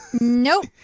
Nope